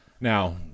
now